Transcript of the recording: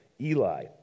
Eli